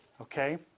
Okay